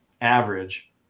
average